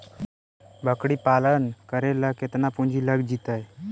बकरी पालन करे ल केतना पुंजी लग जितै?